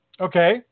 Okay